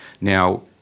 Now